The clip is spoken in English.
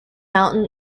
mountain